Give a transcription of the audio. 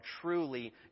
truly